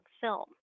film